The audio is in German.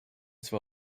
zwar